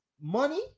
money